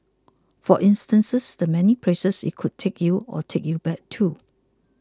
for instance the many places it could take you or take you back to